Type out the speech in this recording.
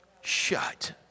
shut